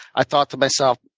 i thought to myself,